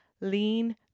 Lean